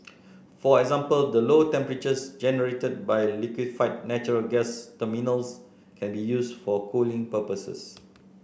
for example the low temperatures generated by liquefied natural gas terminals can be used for cooling purposes